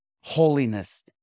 holiness